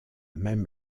même